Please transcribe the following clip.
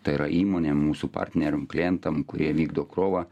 tai yra įmonėm mūsų partneriam klientams kurie vykdo krovą